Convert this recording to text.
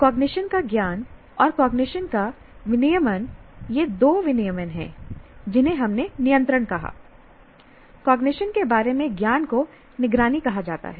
cognition का ज्ञान और कॉग्निशन का विनियमन ये दो विनियमन हैं जिन्हें हमने नियंत्रण कहा कॉग्निशन के बारे में ज्ञान को निगरानी कहा जाता है